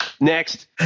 next